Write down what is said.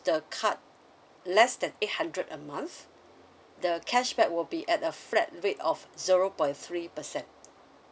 the card less than eight hundred a month the cashback will be at a flat rate of zero point three percent